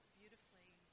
beautifully